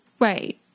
Right